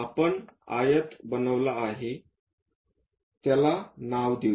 आपण आयत बनविला आहे त्याला नाव देऊ